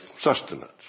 sustenance